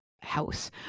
house